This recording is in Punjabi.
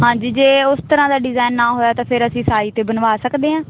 ਹਾਂਜੀ ਜੇ ਉਸ ਤਰ੍ਹਾਂ ਦਾ ਡਿਜ਼ਾਈਨ ਨਾ ਹੋਇਆ ਤਾਂ ਫਿਰ ਅਸੀਂ ਸਾਈ 'ਤੇ ਬਣਵਾ ਸਕਦੇ ਹਾਂ